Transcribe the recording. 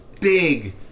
big